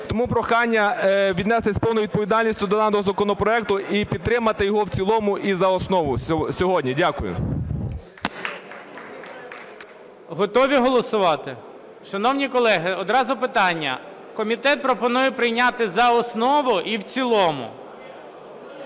Тому прохання віднестися з повною відповідальністю до наданого законопроекту і підтримати його в цілому, і за основу сьогодні. Дякую. ГОЛОВУЮЧИЙ. Готові голосувати? Шановні колеги, одразу питання. Комітет пропонує прийняти за основу і в цілому.